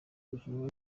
irushanwa